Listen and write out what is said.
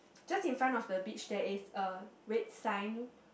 just in front of the beach there is a red sign